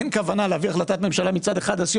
אין כוונה להביא החלטת ממשלה מצד אחד להשאיר